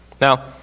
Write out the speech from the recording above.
Now